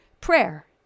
prayer